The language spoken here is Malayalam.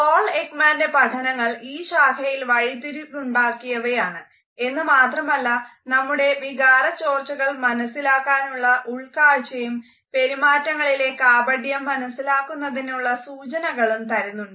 പോൾ എക്മാൻറെ പഠനങ്ങൾ ഈ ശാഖയിൽ വഴിത്തിരിവുണ്ടാക്കിയവയാണ് എന്ന് മാത്രമല്ല നമ്മുടെ വികാരച്ചോർച്ചകൾ മനസിലാക്കാനുള്ള ഉൾകാഴ്ചയും പെരുമാറ്റങ്ങളിലെ കാപട്യം മനസ്സിലാക്കുന്നതിനുള്ള സൂചനകളും തരുന്നുണ്ട്